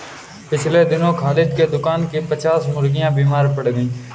पिछले दिनों खालिद के दुकान की पच्चास मुर्गियां बीमार पड़ गईं